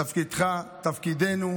טלי, תיקחי, תעלי.